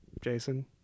Jason